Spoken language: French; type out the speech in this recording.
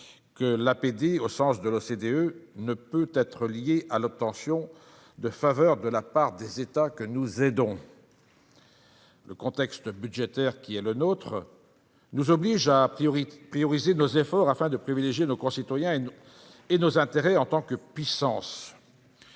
économiques (OCDE), ne peut pas être liée à l'obtention de faveurs de la part des États que nous aidons. Le contexte budgétaire qui est le nôtre nous oblige à prioriser nos efforts afin de privilégier nos concitoyens et nos intérêts en tant que puissance.